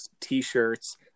t-shirts